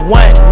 one